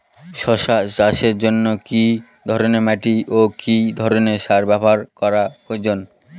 শশা চাষের জন্য কি ধরণের মাটি ও কি ধরণের সার ব্যাবহার করা প্রয়োজন?